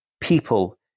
people